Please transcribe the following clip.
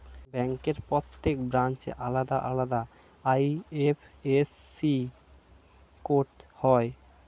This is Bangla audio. ব্যাংকের প্রত্যেক ব্রাঞ্চের আলাদা আলাদা আই.এফ.এস.সি কোড হয়